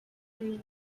free